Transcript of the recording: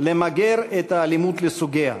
למגר את האלימות לסוגיה: